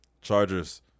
Chargers